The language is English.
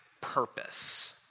purpose